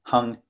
Hung